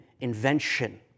invention